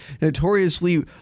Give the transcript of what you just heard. notoriously